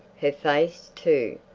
her face, too,